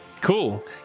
Cool